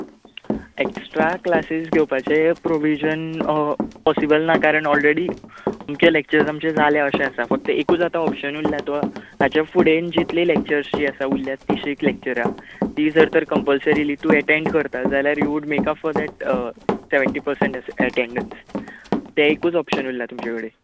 extra classes घेवपाचें provision possible ना कारण ओलरेडी अमके लॅक्चर्स आमचे जाले अशें आसा फक्त एकूच आतां ओपशन उरला तो हाचे फुडेन जितली लॅक्चर्स जीं उरल्यांत तीं लॅक्चरां तीं जर तर कम्पलसरीलीं तूं एटेंड करता जाल्यार you would make up for that seventy percent attendance तें एकूच ओपशन उरलां तुमचे कडेन